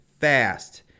fast